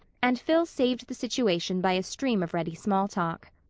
and phil saved the situation by a stream of ready small talk.